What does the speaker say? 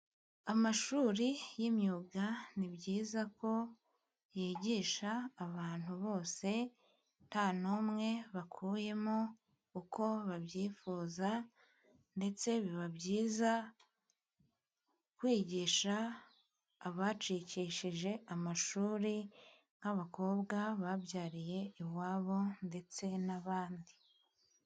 Amashuri y'imyuga, ni byiza ko yigisha abantu bose, nta n'umwe bakuyemo, uko babyifuza ndetse biba byiza, kwigisha abacikishije amashuri, nk'abakobwa babyariye iwabo ndetse n'abandi.